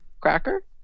cracker